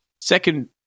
Second